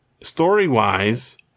Story-wise